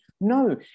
No